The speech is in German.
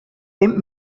und